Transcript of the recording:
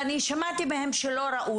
ואני שמעתי מהן שלא ראו,